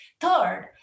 Third